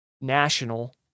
national